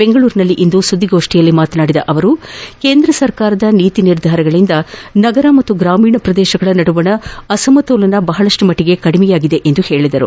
ಬೆಂಗಳೂರಿನಲ್ಲಿಂದು ಸುದ್ಲಿಗೋಷ್ನಿಯಲ್ಲಿ ಮಾತನಾಡಿದ ಅವರು ಕೇಂದ್ರ ಸರ್ಕಾರದ ನೀತಿ ನಿರ್ಧಾರಗಳಿಂದ ನಗರ ಮತ್ತು ಗ್ರಾಮೀಣ ಶ್ರದೇಶಗಳ ನಡುವಿನ ಅಸಮತೋಲನ ಬಹಳಷ್ಟು ಮಟ್ಟಿಗೆ ಕಡಿಮೆಯಾಗಿದೆ ಎಂದು ಹೇಳಿದರು